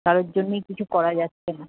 কারোর জন্যেই কিছু করা যাচ্ছে না